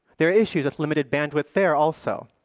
there are issues of limited bandwidth there also.